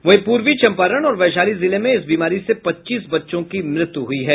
वहीं पूर्वी चंपारण और वैशाली जिले में इस बीमारी से पच्चीस बच्चों की मृत्यु हुई है